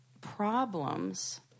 problems